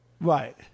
Right